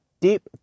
deep